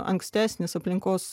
ankstesnis aplinkos